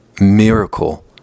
miracle